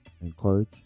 encourage